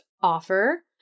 offer